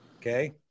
Okay